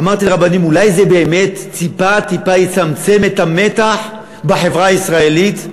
אמרתי לרבנים: אולי זה באמת טיפה טיפה יצמצם את המתח בחברה הישראלית.